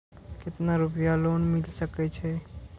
केतना रूपया लोन मिल सके छै?